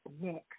Next